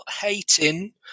hating